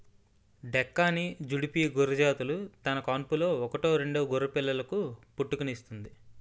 డెక్కాని, జుడిపి గొర్రెజాతులు తన కాన్పులో ఒకటో రెండో గొర్రెపిల్లలకు పుట్టుకనిస్తుంది